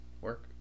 work